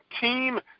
team